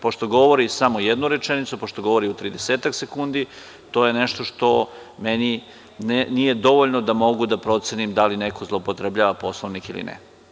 Pošto govori samo jednu rečenicu, pošto govori u 30 sekundi, to je nešto što meni nije dovoljno da mogu da procenim da li neko zloupotrebljava Poslovnik ili ne.